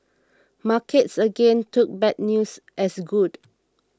markets again took bad news as good